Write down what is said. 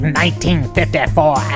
1954